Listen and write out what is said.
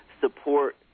support